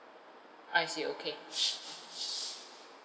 I see okay